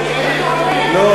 שתי מדינות לשני עמים, דמוגרפיה.